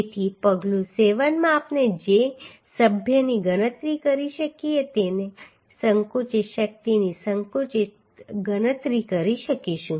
તેથી પગલું 7 માં આપણે જે સભ્યની ગણતરી કરી શકીએ તેની સંકુચિત શક્તિની સંકુચિત શક્તિની ગણતરી કરીશું